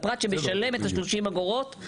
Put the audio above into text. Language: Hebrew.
לפרט שמשלם את ה-30 אגורות,